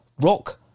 rock